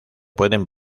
pueden